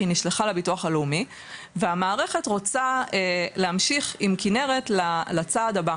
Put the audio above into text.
היא נשלחה לביטוח הלאומי והמערכת רוצה להמשיך עם כנרת לצעד הבא.